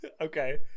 Okay